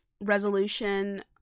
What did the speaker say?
resolution